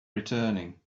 returning